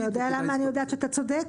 אתה יודע למה אני יודעת שאתה צודק?